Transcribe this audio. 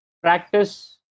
practice